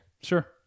Sure